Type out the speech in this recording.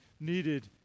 needed